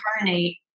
incarnate